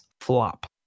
flop